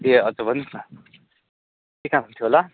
ए अच्छा भन्नुहोस् न के काम थियो होला